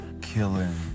killing